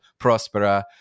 Prospera